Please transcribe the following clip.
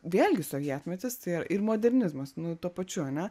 vėlgi sovietmetis tai yra ir modernizmas nu tuo pačiu ane